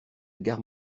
gare